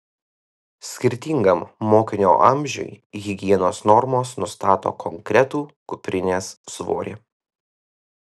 skirtingam mokinio amžiui higienos normos nustato konkretų kuprinės svorį